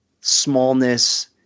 smallness